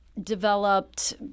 developed